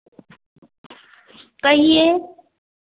कहिए